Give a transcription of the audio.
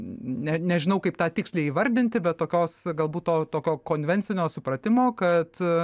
ne nežinau kaip tą tiksliai įvardinti bet tokios galbūt to tokio konvencinio supratimo kad